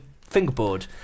fingerboard